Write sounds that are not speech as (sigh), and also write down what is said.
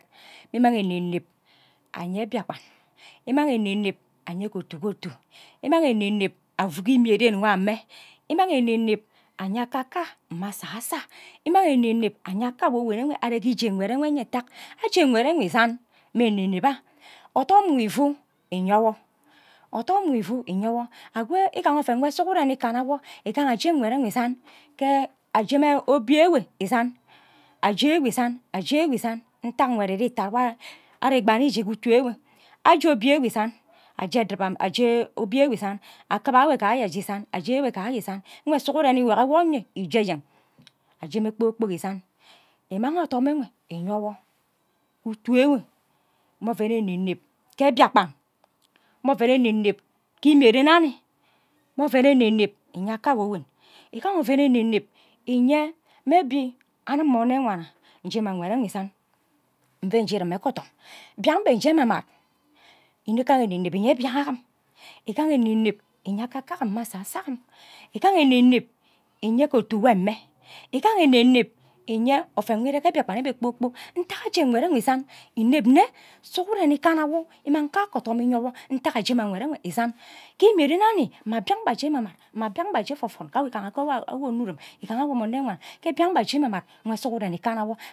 Immang eneneb anyen mbiakpan imang eneneb afu ke otu ke otu imang eneneb afa ke imie ren nwo amme imang eneneb anye aka arh amma asa sa ayo imang eneneb anye akak awowen are ke ije nkwed ntak aje nkwed enwe isan mme eneneb arh odom nkwe ifu inyen wo odom nkwi ifu nyen wo akwo igaha oven nwo sughuren ikana wo igaha aje nkwed ewe isand ke aje nnana obie enwe isand aje ewe isand aje ewe isand ntak nkwed ire itad nwo ari igba nne ije ke utu enwe aje obie enwe isand aje (hesitation) aje obie enwe isand aje enwe kaye isand nkwe sughuren iwo ki wo enye ije enye aje mme kpor kpok isand imang odom enwe iyo wo utu enwe mme oven eneneb ke mbiakpan mme oven eneneb ke imie anin mme oven eneneb inye aka awowen mme oven eneneb inye maybe anim mme onno wana nje mma nkwed ewe isand nve je iri mme ke odom mbian mbe nje eme mad nni igaha eneneb inye mbia am igaha eneneb inye akam mma asaso agim igaha eneneb inye ke otu mwe mme igaha eneneb inye oven nwo ire ke mbiakpan ewe kpor kpok ntaga aje nkwed enwe isand ineb nne sughuren ikana wo imang kake odom inyen wo ntak ke aje mman nkwed enwe isand ke imie ren anin mme mbia be aje eme mad mma mbian mbe aje evovon (hesitation) igaha awo mme onnurum ke onno wana ke mbian be aje ememad nkwe sughuren ikana wo